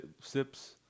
SIPs